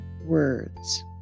words